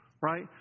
Right